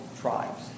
tribes